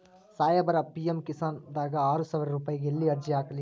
ಸಾಹೇಬರ, ಪಿ.ಎಮ್ ಕಿಸಾನ್ ದಾಗ ಆರಸಾವಿರ ರುಪಾಯಿಗ ಎಲ್ಲಿ ಅರ್ಜಿ ಹಾಕ್ಲಿ?